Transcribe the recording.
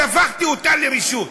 אז הפכתי אותה לרשות.